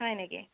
হয় নেকি